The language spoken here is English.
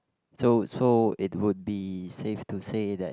so so it would be safe to say that